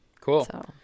Cool